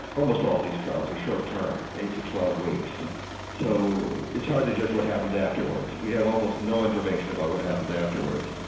almost all these trials are short term, eight to twelve weeks so it's hard to judge what happens afterwards. we have almost no information about what happens afterwards.